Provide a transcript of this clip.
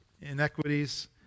inequities